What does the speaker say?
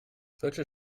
solche